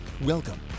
Welcome